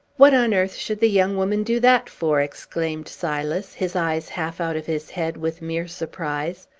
what on earth should the young woman do that for? exclaimed silas, his eyes half out of his head with mere surprise.